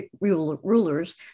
rulers